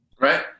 Right